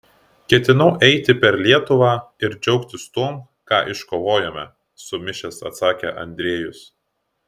ketinau eiti per lietuvą ir džiaugtis tuom ką iškovojome sumišęs atsakė andriejus